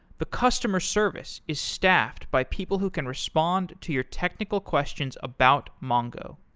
the customer service is staffed by people who can respond to your technical questions about mongo.